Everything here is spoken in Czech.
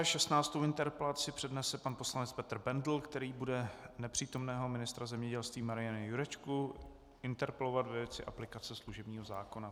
Šestnáctou interpelaci přednese pan poslanec Petr Bendl, který bude nepřítomného ministra zemědělství Mariana Jurečku interpelovat ve věci aplikace služebního zákona.